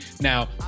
now